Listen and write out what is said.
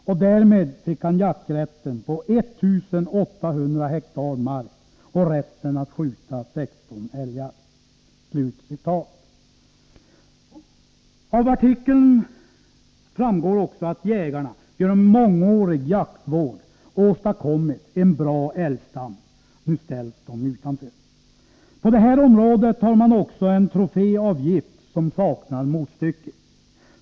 Och därmed fick han jakträtten på 1 800 hektar mark och rätten att skjuta 16 älgar.” Av artikeln framgår också att jägarna genom mångårig jaktvård åstadkommit en bra älgstam; nu ställs de utanför. På det här området har man också en troféavgift som saknar motstycke.